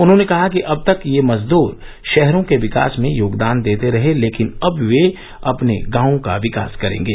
उन्हॉने कहा कि अब तक ये मजदूर शहरों के विकास में योगदान देते रहे लेकिन अब वे अपने गांवों का विकास करेंगे